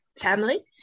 family